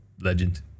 legend